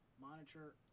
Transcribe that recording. monitor